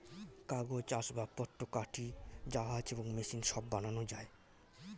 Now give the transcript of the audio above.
কাগজ, আসবাবপত্র, কাঠি, জাহাজ এবং মেশিন সব বানানো যায়